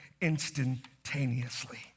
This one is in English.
instantaneously